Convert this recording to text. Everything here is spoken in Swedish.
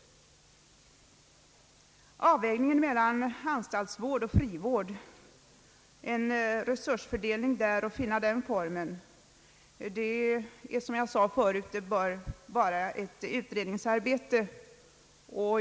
Avvägningen mellan anstaltsvård och frivård och arbetet med att finna formen för en resursfördelning bör, som jag sade förut, ankomma på en utredning.